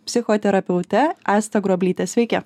psichoterapeute asta groblyte sveiki